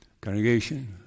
Congregation